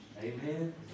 Amen